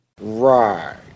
Right